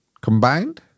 combined